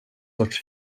sorts